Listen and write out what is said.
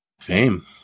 fame